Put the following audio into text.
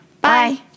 Bye